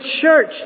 church